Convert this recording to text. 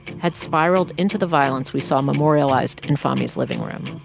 had spiraled into the violence we saw memorialized in fahmee's living room.